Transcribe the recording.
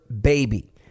baby